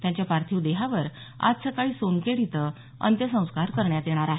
त्यांच्या पार्थीव देहावर आज सकाळी सोनखेड इथं अंत्यसंस्कार करण्यात येणार आहेत